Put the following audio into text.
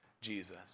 Jesus